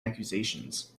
accusations